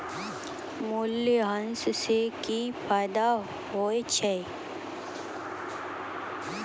मूल्यह्रास से कि फायदा होय छै?